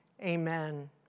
amen